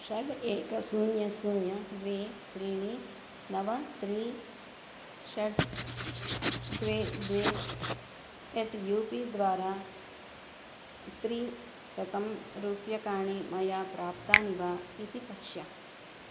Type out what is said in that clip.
षड् एकं शून्यं शून्यं द्वे त्रीणि नव त्री षड् द्वे द्वे एट् यू पी द्वारा त्रिशतं रूप्यकाणि मया प्राप्तानि वा इति पश्य